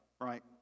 right